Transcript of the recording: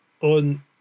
on